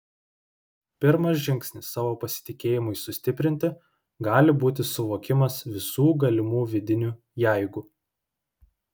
pirmas žingsnis savo pasitikėjimui sustiprinti gali būti suvokimas visų galimų vidinių jeigu